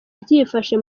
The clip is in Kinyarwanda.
byifashe